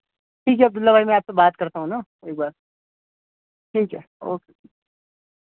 ٹھیک ہے عبدل اللہ بھاٮٔی میں آپ سے بات کرتا ہوں نا ایک بار ٹھیک ہے اوکے